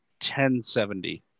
1070